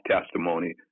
testimony